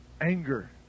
anger